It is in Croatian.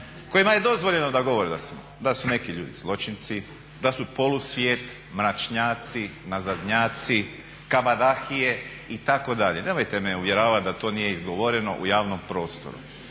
kojima je dozvoljeno da govore da su neki ljudi zločinci, da su polusvijet, mračnjaci, nazadnjaci, kabadahije itd. Nemojte me uvjeravati da to nije izgovoreno u javnom prostoru.